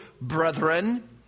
brethren